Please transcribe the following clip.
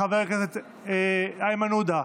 חבר הכנסת איימן עודה,